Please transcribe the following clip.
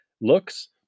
looks